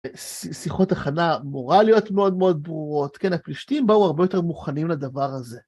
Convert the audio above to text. שיחות הכנה מורליות מאוד מאוד ברורות, כן, הפלישתים באו הרבה יותר מוכנים לדבר הזה.